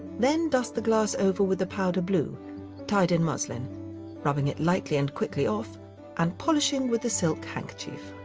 then, dust the glass over with a powder blue tied in muslin rubbing it lightly and quickly off and polishing with a silk handkerchief.